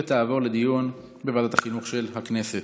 ותעבור לדיון בוועדת החינוך של הכנסת.